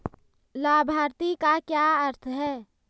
लाभार्थी का क्या अर्थ है?